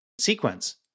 sequence